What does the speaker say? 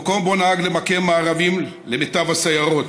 במקום שבו נהג למקם מארבים למיטב הסיירות.